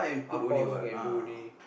appam also can do only